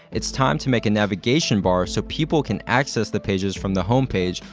it's time to make a navigation bar so people can access the pages from the home page,